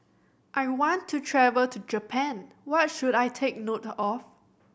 I want to travel to Japan what should I take note of